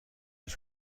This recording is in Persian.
هیچ